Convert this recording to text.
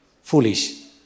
Foolish